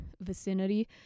vicinity